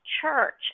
church